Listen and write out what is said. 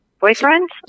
boyfriend